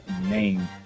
Name